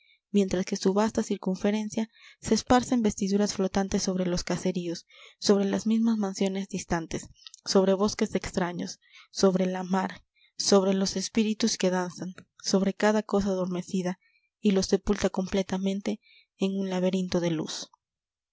mientras que su vasta circunferencia se esparce en vestiduras flotantes sobre los caseríos sobre las mismas mansiones distantes sobre bosques extraños sobre la mar sobre los espíritus que danzan sobre cada cosa adormecida y los sepulta completamente en un laberinto de luz